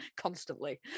constantly